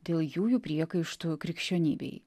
dėl jųjų priekaištų krikščionybei